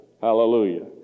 Hallelujah